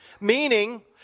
meaning